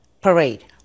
parade